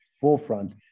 forefront